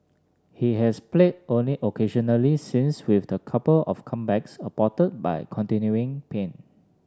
he has played only occasionally since with a couple of comebacks aborted by continuing pain